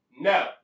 No